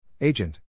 Agent